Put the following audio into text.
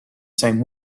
same